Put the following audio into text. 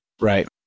Right